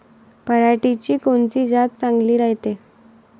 पऱ्हाटीची कोनची जात चांगली रायते?